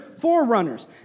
forerunners